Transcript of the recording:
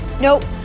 Nope